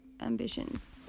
ambitions